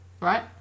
right